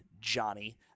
Johnny